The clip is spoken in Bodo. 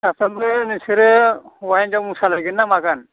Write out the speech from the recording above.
साथामबो नोंसोरो हौवा हिन्जाव मोसा हैगोन ना मागोन